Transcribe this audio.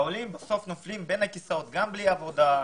העולים בסוף נופלים בין הכיסאות כשהם גם בלי עבודה,